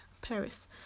Paris